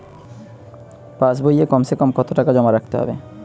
পাশ বইয়ে কমসেকম কত টাকা জমা রাখতে হবে?